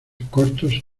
cortos